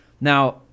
Now